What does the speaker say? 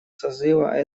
созыва